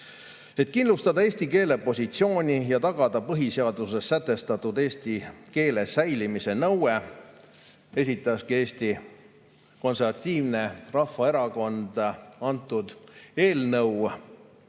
Et kindlustada eesti keele positsiooni ja tagada põhiseaduses sätestatud eesti keele säilimise nõue, esitaski Eesti Konservatiivne Rahvaerakond antud eelnõu,